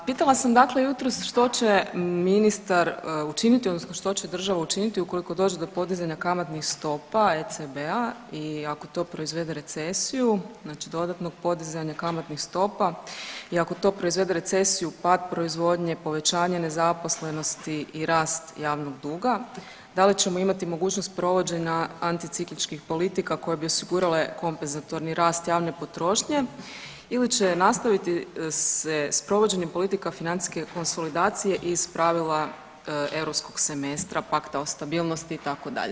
A pitala sam dakle jutros što će ministar učiniti odnosno što će država učiniti ukoliko dođe do podizanja kamatnih stopa ECB-a i ako to proizvede recesiju znači dodatnog podizanja kamatnih stopa i ako to proizvede recesiju, pad proizvodnje, povećanje nezaposlenosti i rast javnog duga da li ćemo imati mogućnost provođenje anticikličkih politika koje bi osigurale kompenzatorni rast javne potrošnje ili će nastaviti se s sprovođenjem politika financijske konsolidacije i ispravila europskog semestra Pakta o stabilnosti itd.